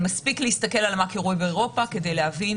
מספיק להסתכל מה קורה באירופה כדי להבין